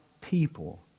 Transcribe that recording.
people